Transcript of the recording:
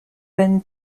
ben